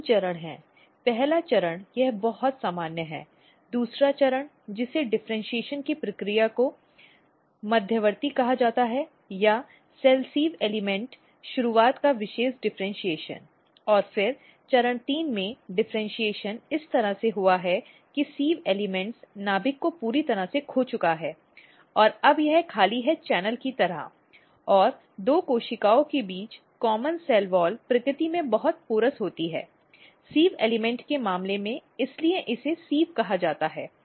तीन चरण हैं पहला चरण यह बहुत सामान्य है दूसरा चरण जिसे डिफ़र्इन्शीएशन की प्रक्रिया को मध्यवर्ती कहा जाता है या सेल सिव़ एलिमेंट शुरुआत का विशेष डिफ़र्इन्शीएशन और फिर चरण तीन में डिफ़र्इन्शीएशन इस तरह से हुआ है कि सिव़ एलिमेंट नाभिक को पूरी तरह से खो चुका है अब यह खाली है चैनल की तरह और दो कोशिकाओं के बीच कॉमन सेल वॉल प्रकृति में बहुत पोरस होती हैसिव़ एलिमेंट के मामले में इसीलिए इसे सिव़ कहा जाता है